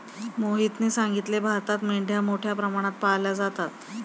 मोहितने सांगितले, भारतात मेंढ्या मोठ्या प्रमाणात पाळल्या जातात